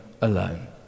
alone